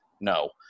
no